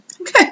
Okay